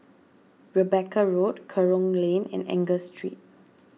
Rebecca Road Kerong Lane and Angus Street